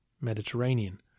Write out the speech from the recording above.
Mediterranean